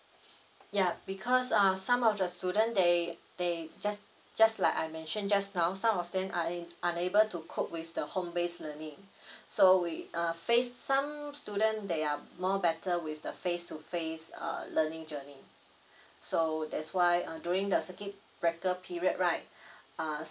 ya because err some of the student they they just just like I mention just now some of them are una~ unable to cope with the home based learning so we uh face some student they are um more better with the face to face uh learning journey so that's why uh during the circuit breaker period right uh